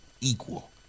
equal